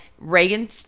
Reagan